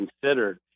considered